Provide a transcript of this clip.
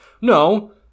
no